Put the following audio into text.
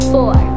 Four